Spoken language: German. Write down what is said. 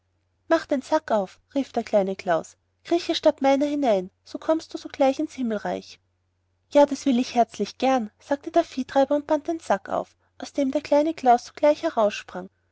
mache den sack auf rief der kleine klaus krieche statt meiner hinein so kommst du sogleich ins himmelreich ja das will ich herzlich gern sagte der viehtreiber und band den sack auf aus dem der kleine klaus sogleich